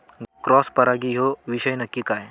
Cross परागी ह्यो विषय नक्की काय?